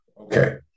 Okay